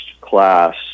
class